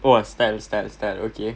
!wah! style style style okay